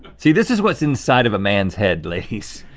see this is what's inside of a man's head, ladies.